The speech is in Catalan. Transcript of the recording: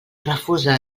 refusa